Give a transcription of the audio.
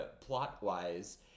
plot-wise